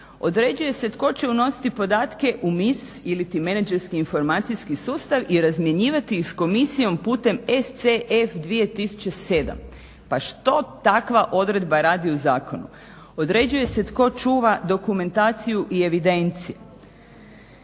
Određuje se tko će unositi podatke u MIS iliti menadžerski informacijski sustav i razmjenjivati ih s komisijom putem SCF2007. Pa što takva odredba radi u zakonu? Određuje se tko čuva dokumentaciju i evidenciju.